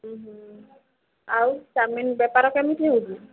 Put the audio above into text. ଉଁ ହୁଁ ଆଉ ଚାଉମିନ୍ ବେପାର କେମିତି ହେଉଛି